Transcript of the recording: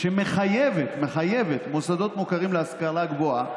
שמחייבת מחייבת, מוסדות מוכרים להשכלה גבוהה